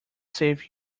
safe